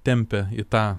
tempia į tą